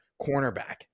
cornerback